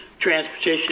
transportation